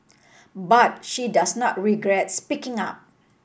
but she does not regrets speaking up